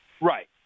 Right